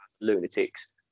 lunatics